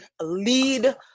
lead